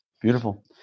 Beautiful